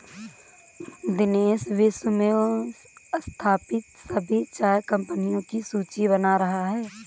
दिनेश विश्व में स्थापित सभी चाय कंपनियों की सूची बना रहा है